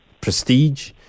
prestige